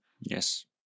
Yes